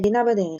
מדינה בדרך